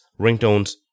ringtones